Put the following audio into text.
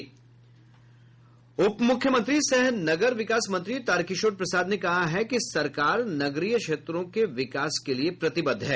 उपमुख्यमंत्री सह नगर विकास मंत्री तारकिशोर प्रसाद ने कहा है कि सरकार नगरीय क्षेत्रों के विकास के लिए प्रतिबद्ध है